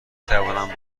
توانم